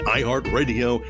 iHeartRadio